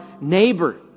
neighbor